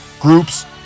groups